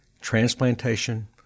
transplantation